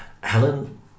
Helen